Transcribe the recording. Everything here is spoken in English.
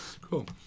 Cool